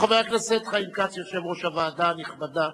הוא חבר הכנסת חיים כץ, יושב-ראש הוועדה הנכבדה,